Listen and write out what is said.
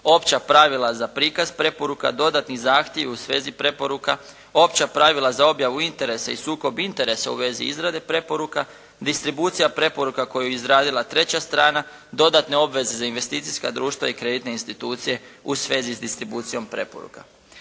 Opća pravila za prikaz preporuka, dodatni zahtjevi u svezi preporuka, opća pravila za objavu interesa i sukob interesa u vezi izrade preporuka, distribucija preporuka koju je izradila treća strana, dodatne obveze za investicijska društva i kreditne institucije u svezi s distribucijom preporuka.